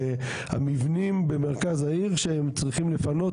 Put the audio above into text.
והמבנים במרכז העיר שהם צריכים לפנות,